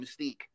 Mystique